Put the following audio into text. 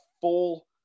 full